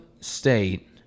State